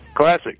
classic